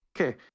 Okay